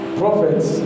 prophets